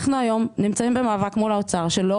אנחנו היום נמצאים במאבק מול האוצר שלא